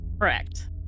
Correct